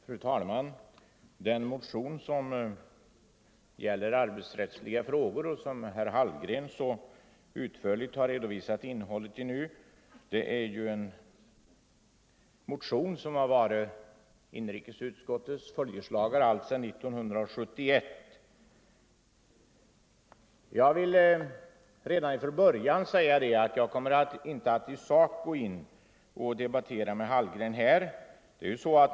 Fru talman! Den motion som gäller arbetsrättsliga frågor och som herr Hallgren så utförligt har redovisat innehållet i hör till inrikesutskottets följeslagare alltsedan 1971. Jag vill redan från början säga att jag inte kommer att i sak debattera med herr Hallgren.